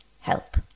help